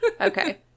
Okay